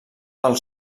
del